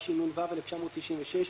התשנ"ו 1996‏,